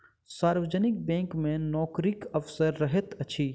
सार्वजनिक बैंक मे नोकरीक अवसर रहैत अछि